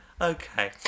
Okay